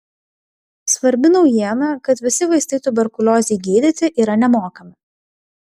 svarbi naujiena kad visi vaistai tuberkuliozei gydyti yra nemokami